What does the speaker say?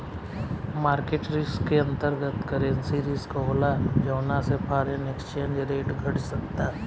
market risk के अंतर्गत, currency risk होला जौना से फॉरेन एक्सचेंज रेट घट सकता